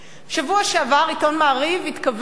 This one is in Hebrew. בשבוע שעבר עיתון "מעריב" התכוון,